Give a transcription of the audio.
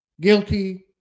guilty